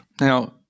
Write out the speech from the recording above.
Now